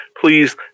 please